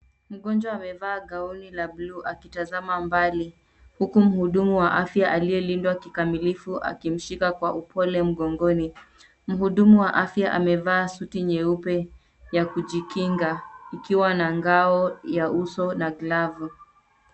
amgonjwa amevaa gauni la buluu akitazama mbali, huku mhudumu wa afya aliyelindwa kikamilifu akimshika kwa upole mgongoni. Mhudumu wa afya amevaa suti nyeupe ya kujikinga ikiwa na ngao ya uso na glavu.